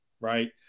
right